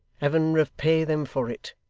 heaven repay them for it,